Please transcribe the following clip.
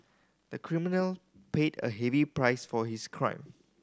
the criminal paid a heavy price for his crime